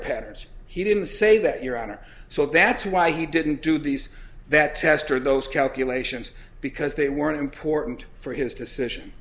patters he didn't say that your honor so that's why he didn't do these that test or those calculations because they weren't important for his decision